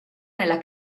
nella